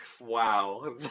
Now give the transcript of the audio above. Wow